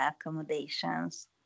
accommodations